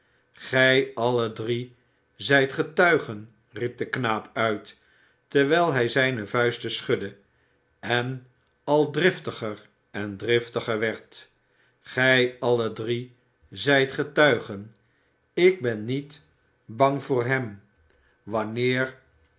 gij alle drie zijt getuigen riep de knaap uit terwijl hij zijne vuisten schudde en al driftiger en driftiger werd gij alle drie zijt getuigen ik ben niet bang voor hem wanneer